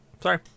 Sorry